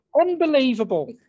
Unbelievable